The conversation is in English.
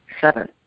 seven